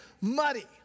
muddy